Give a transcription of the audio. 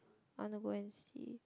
I wanna go and see